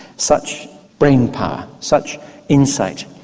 such brain power, such insight,